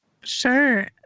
Sure